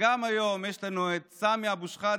וגם היום יש לנו את סמי אבו שחאדה,